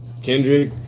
Kendrick